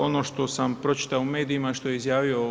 Ono što sam pročitao u medijima, što je izjavio.